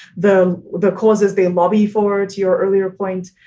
the the causes they lobby forward to your earlier point.